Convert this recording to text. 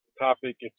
topic